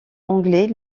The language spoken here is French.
anglais